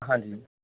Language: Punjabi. ਹਾਂਜੀ